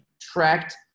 tracked